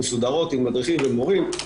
מסודרות עם מדריכים ומורים,